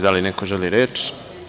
Da li neko želi reč?